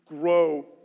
grow